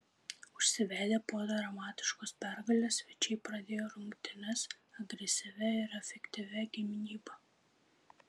užsivedę po dramatiškos pergalės svečiai pradėjo rungtynes agresyvia ir efektyvia gynyba